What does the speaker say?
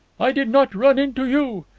i did not run into you.